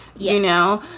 you know,